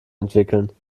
entwickeln